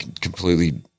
completely